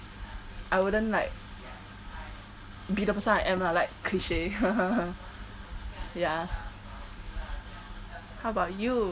I wouldn't like be the person I am lah like cliche ya how about you